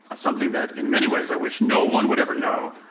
something that, in many ways, i wish no one would ever know,